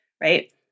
right